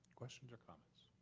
questions or comments?